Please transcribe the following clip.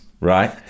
right